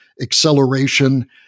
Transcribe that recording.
acceleration